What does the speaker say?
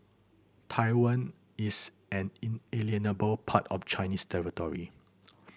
Taiwan is an inalienable part of Chinese territory